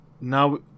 Now